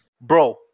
Bro